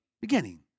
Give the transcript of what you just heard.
beginning